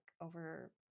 over